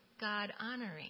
God-honoring